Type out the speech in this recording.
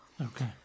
Okay